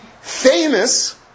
famous